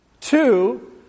Two